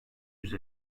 yüz